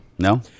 No